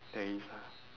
there is ah